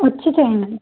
వచ్చి చేయండి